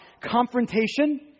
confrontation